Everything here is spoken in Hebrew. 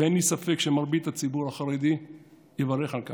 ואין לי ספק שמרבית הציבור החרדי יברך על כך.